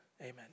Amen